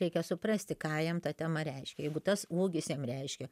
reikia suprasti ką jam ta tema reiškia jeigu tas ūgis jam reiškia